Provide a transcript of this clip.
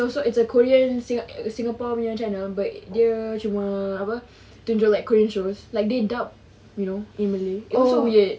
so it's a korean singa~ singapore punya channel but dia cuma apa tunjuk like korean show like they dub you in malay so weird